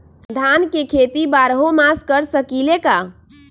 धान के खेती बारहों मास कर सकीले का?